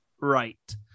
right